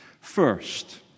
First